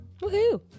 Woohoo